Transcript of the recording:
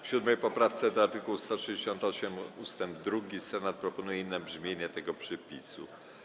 W 7. poprawce do art. 168 ust. 2 Senat proponuje inne brzmienie tego przepisu.